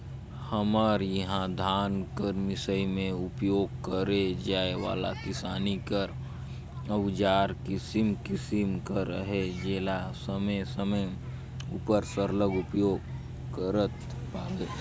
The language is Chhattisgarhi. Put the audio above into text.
हमर इहा धान कर मिसई मे उपियोग करे जाए वाला किसानी कर अउजार किसिम किसिम कर अहे जेला समे समे उपर सरलग उपियोग करत पाबे